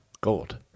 gold